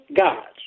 gods